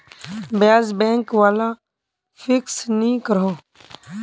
ब्याज़ बैंक वाला फिक्स नि करोह